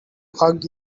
hug